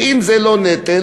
ואם זה לא נטל,